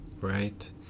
Right